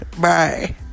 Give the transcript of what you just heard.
Bye